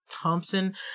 thompson